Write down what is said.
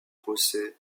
procès